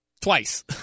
twice